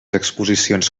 exposicions